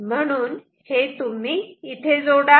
म्हणून हे तुम्ही इथे जोडा